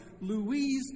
Louise